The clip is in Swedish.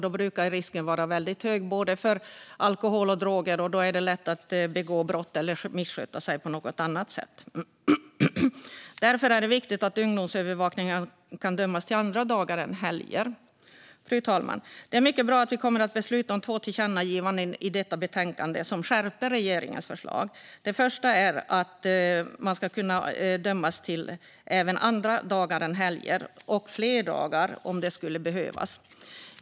Då brukar risken för alkohol och droger vara hög, och då är det lätt att begå brott eller att missköta sig på något annat sätt. Därför är det viktigt att ungdomsövervakning kan utdömas också för andra dagar än bara helger. Fru talman! Det är mycket bra att vi nu också kommer att besluta om två tillkännagivanden som skärper regeringens förslag. Det första tillkännagivandet handlar om att ungdomsövervakning ska kunna utdömas även för andra dagar än helger och också för fler dagar om det skulle behövas.